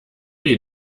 die